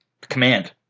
command